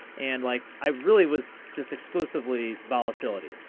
and like i really was just exclusively volatility.